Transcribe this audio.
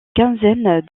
quinzaine